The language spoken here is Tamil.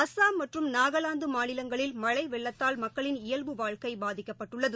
அஸ்ஸாம் மற்றும் நாகலாந்து மாநிலங்களில் மழை வெள்ளத்தால் மக்களின் இயல்பு வாழ்க்கை பாதிக்கப்பட்டுள்ளது